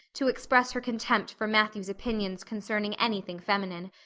to express her contempt for matthew's opinions concerning anything feminine,